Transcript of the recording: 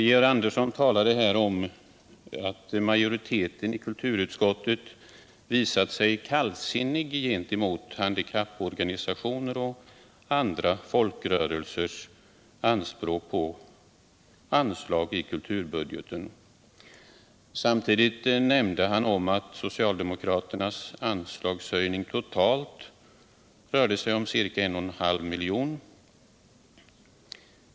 Georg Andersson talade här om att majoriteten i kulturutskottet hade ställt sig kallsinnig till handikapporganisationernas och andra folkrörelsers anspråk på anslag i kulturbudgeten. Samtidigt nämnde han att den av socialdemokraterna föreslagna anslagshöjningen totalt rörde sig om ca I,S mifj. kr.